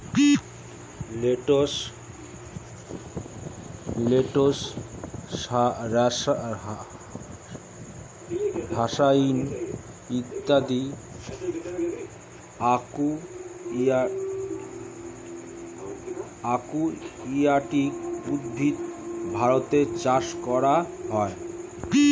lettuce, hyacinth ইত্যাদি aquatic উদ্ভিদ ভারতে চাষ করা হয়